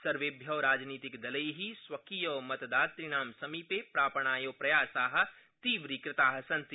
सर्वेभ्य राजनीतिकदला उवकीयमतदातृणा समीपे प्रापणाय प्रयासा तीव्रीकृता सन्ति